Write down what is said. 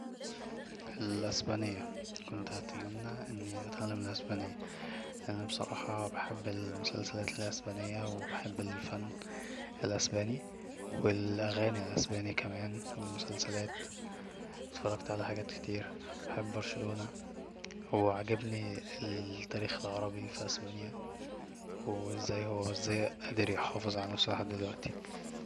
الإسبانية كنت هتمنى اني اتعلم الإسبانية لاني بصراحة بحب المسلسلات الاسبانية وبحب الفن الاسباني والاغاني الاسباني كمان والمسلسلات اتفرجت على حاجات كتير بحب برشلونه وعاجبني التاريخ العربي في اسبانيا وهو ازاي قادر يحافظ على نفسه لحد دلوقتي